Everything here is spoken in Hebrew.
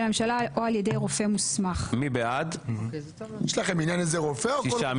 מי בעד הרביזיה?